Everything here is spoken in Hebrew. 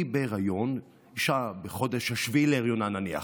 היא בהיריון, אישה בחודש השביעי להריונה, נניח.